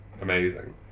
amazing